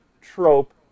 trope